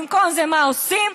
במקום זה, מה עושים?